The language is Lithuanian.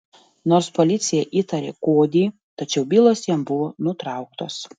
nors policija įtarė kodį tačiau bylos jam buvo nutrauktos